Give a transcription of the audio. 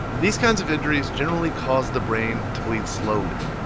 these kinds of injuries generally caused the brain to bleed slowly.